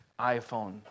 iPhone